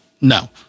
no